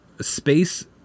space